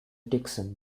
dickson